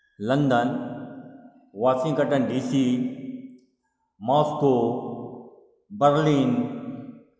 London Washington DC Moscow Berlin